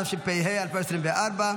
התשפ"ה 2024,